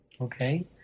Okay